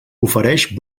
ofereix